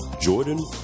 Jordan